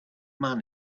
man